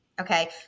Okay